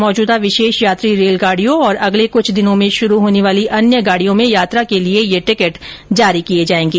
मौजूदा विशेष यात्री रेलगाड़ियों और अगले कुछ दिनों में शुरू होने वाली अन्य गाडियों में यात्रा के लिए ये टिकट जारी किये जाएंगे